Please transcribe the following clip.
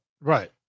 Right